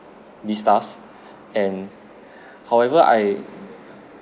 these staffs and however I